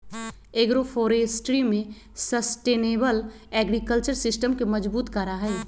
agroforestry sustainable agriculture system के मजबूत करा हई